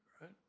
Right